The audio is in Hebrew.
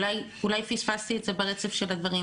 אולי פספסתי את זה ברצף של הדברים,